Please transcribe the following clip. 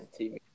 TV